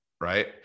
Right